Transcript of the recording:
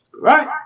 Right